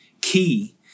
key